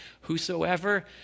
whosoever